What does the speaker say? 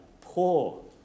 poor